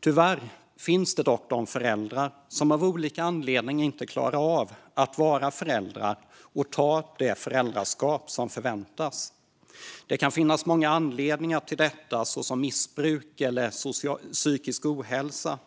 Tyvärr finns det dock föräldrar som av olika anledningar inte klarar av att vara föräldrar och ta det föräldraansvar som förväntas. Det kan finnas många anledningar till detta, såsom missbruk eller psykisk ohälsa.